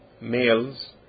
males